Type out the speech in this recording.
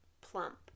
plump